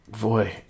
boy